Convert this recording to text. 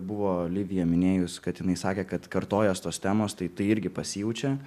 buvo livija minėjus kad jinai sakė kad kartojas tos temos tai tai irgi pasijaučia